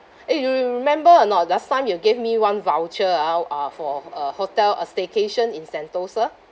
eh you re~ remember or not last time you gave me one voucher ah uh for a hotel uh staycation in sentosa